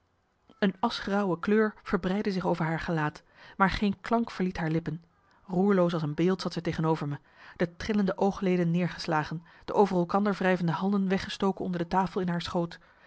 een aschgrauwe kleur verbreidde zich over haar gelaat maar geen klank verliet haar lippen roerloos als een beeld zat zij tegenover me de trillende oogleden neergeslagen de over elkander wrijvende handen weggestoken onder de tafel in haar schoot